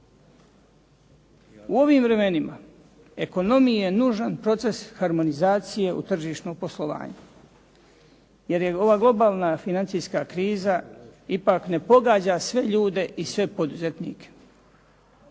U ovim vremenima ekonomiji je nužan proces harmonizacije u tržišnom poslovanju jer ova globalna financijska kriza ipak ne pogađa sve ljude i sve poduzetnike.